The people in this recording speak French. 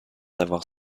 d’avoir